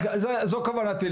זו כוונתי,